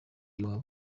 iwabo